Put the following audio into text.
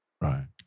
Right